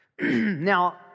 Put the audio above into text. Now